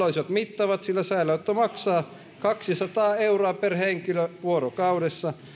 olisivat mittavat sillä säilöönotto maksaa kaksisataa euroa per henkilö vuorokaudessa